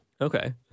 Okay